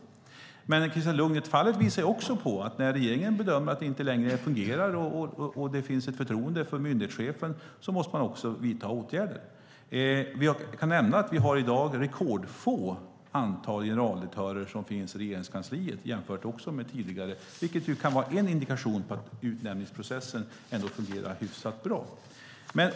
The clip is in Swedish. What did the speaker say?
Fallet med Christina Lugnet visar också att regeringen vidtar åtgärder när man bedömer att det inte längre fungerar och när det inte finns förtroende för myndighetschefen. Det är i dag rekordfå generaldirektörer i Regeringskansliet jämfört med tidigare. Det kan också vara en indikation på att utnämningsprocessen fungerar hyfsat bra.